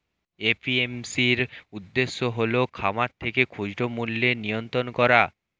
APMC এর উদ্দেশ্য হল খামার থেকে খুচরা মূল্যের নিয়ন্ত্রণ করা